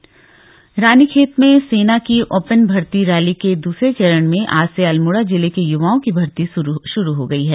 सेना भर्ती रैली रानीखेत में सेना की ओपन भर्ती रैली के दूसरे चरण में आज से अल्मोड़ा जिले के यूवाओं की भर्ती शुरू हो गई है